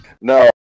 No